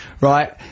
right